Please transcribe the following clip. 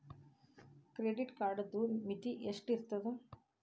Credit ಕಾರ್ಡದು ಮಿತಿ ಎಷ್ಟ ಇರ್ತದ?